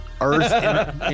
Earth